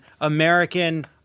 American